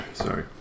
Sorry